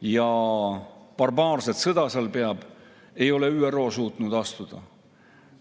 seal barbaarset sõda peab, ei ole ta suutnud astuda.